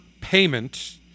payment